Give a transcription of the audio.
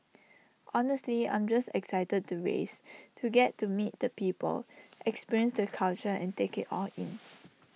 honestly I'm just excited to race to get to meet the people experience the culture and take IT all in